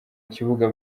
kibuga